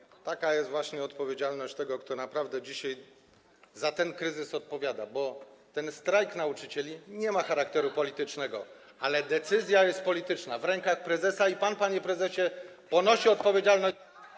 Oto jest właśnie odpowiedzialność tego, kto naprawdę dzisiaj za ten kryzys odpowiada, bo ten strajk nauczycieli nie ma charakteru politycznego, ale decyzja jest polityczna, w rękach prezesa i pan, panie prezesie, ponosi odpowiedzialność.